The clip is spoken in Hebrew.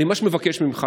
אני ממש מבקש ממך,